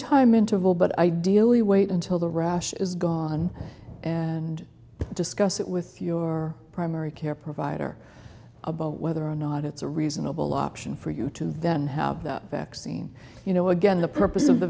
time interval but ideally wait until the rash is gone and discuss it with your primary care provider about whether or not it's a reasonable option for you to vend have that vaccine you know again the purpose of the